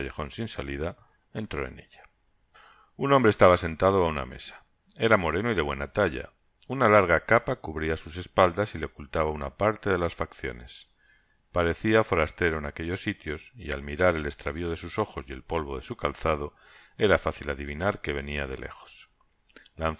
sin salida entró en ella un hombre eslaba sentado á una mesa era moreno y de buena talla una larga capa cubria sus espaldas y le ocultaba una parte de las facciones parecia forastero en aquellos sitios y al mirar el estravio de sus ojos y el polvo de su calzado era fácil adivinar que venia de lejos